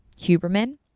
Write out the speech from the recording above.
Huberman